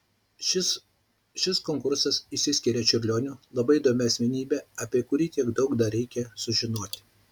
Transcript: šis konkursas išsiskiria čiurlioniu labai įdomia asmenybe apie kurį tiek daug dar reikia sužinoti